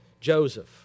Joseph